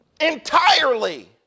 Entirely